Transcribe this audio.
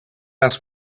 ask